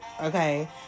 okay